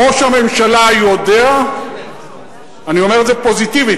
ראש הממשלה יודע אני אומר את זה פוזיטיבית,